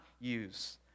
use